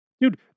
Dude